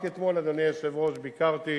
רק אתמול, אדוני היושב-ראש, ביקרתי